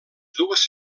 dues